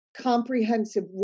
comprehensive